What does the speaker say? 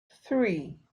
three